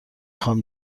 خوام